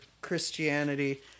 Christianity